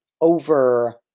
over